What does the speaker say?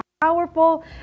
powerful